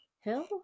hill